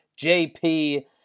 JP